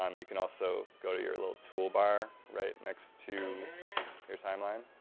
um you can also go to your little toolbar right next to your timeline.